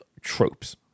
tropes